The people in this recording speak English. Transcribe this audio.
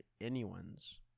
anyone's